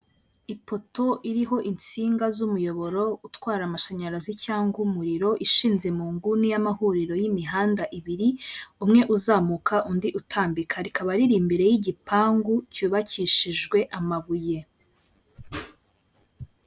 Ipoto iriho insinga z'umuyoboro utwara amashanyarazi cyangwa umuriro, ishinze mu nguni y'amahuriro y'imihanda ibiri umwe uzamuka undi utambika, rikaba riri imbere y'igipangu cyubakishijwe amabuye.